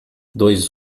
dois